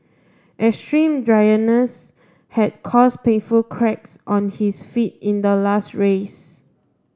extreme dryness had caused painful cracks on his feet in the last race